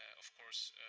of course,